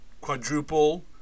quadruple